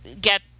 get